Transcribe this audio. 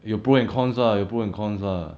有 pro and cons lah 有 pro and cons lah